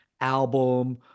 album